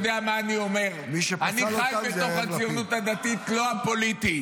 מי שפסל את הציונות הדתית זה יאיר לפיד.